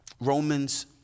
Romans